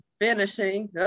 finishing